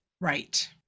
Right